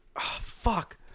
fuck